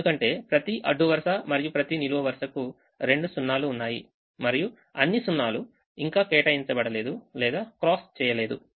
ఎందుకంటే ప్రతి అడ్డు వరుస మరియు ప్రతి నిలువు వరుసకు రెండు 0 ఉన్నాయి మరియు అన్ని 0 లు ఇంకా కేటాయించబడలేదు లేదా cross చేయలేదు